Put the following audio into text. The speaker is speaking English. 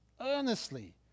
earnestly